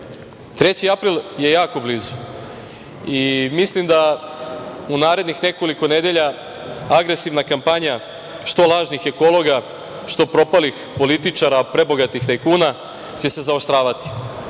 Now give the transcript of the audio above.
3. april je jako blizu i mislim da u narednih nekoliko nedelja agresivna kampanja što lažnih ekologa, što propalih političara, prebogatih tajkuna će se zaoštravati. Ja